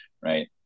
right